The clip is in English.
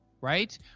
right